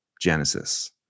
Genesis